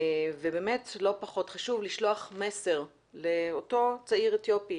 ובאמת לא פחות חשוב לשלוח מסר לאותו צעיר אתיופי